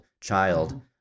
child